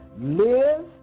live